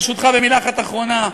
ברשותך, מילה אחת אחרונה.